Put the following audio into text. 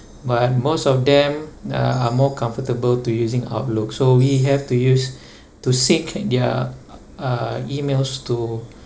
but most of them uh are more comfortable to using Outlook so we have to use to seek their uh emails to